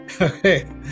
Okay